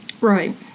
right